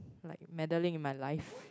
like meddling in my life